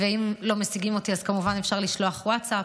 ואם לא משיגים אותי, אז כמובן אפשר לשלוח ווטסאפ.